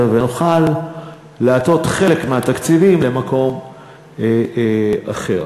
ונוכל להטות חלק מהתקציבים למקום אחר.